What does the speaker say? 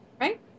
Right